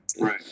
right